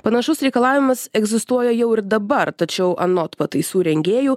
panašus reikalavimas egzistuoja jau ir dabar tačiau anot pataisų rengėjų